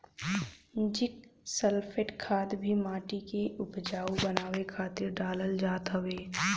zinc sulphate खाद भी माटी के उपजाऊ बनावे खातिर डालल जात हवे